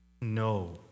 No